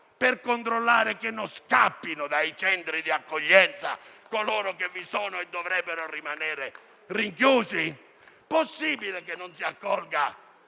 per controllare che non scappino dai centri di accoglienza coloro che vi sono e dovrebbero rimanere rinchiusi? Possibile che non si accolga